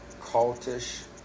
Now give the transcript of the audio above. cultish